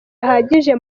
ahagije